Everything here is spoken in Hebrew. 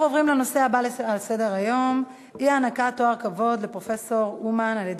אנחנו עוברים לנושא הבא על סדר-היום: אי-הענקת תואר דוקטור לשם כבוד